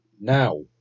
now